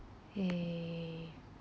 eh